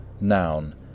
Noun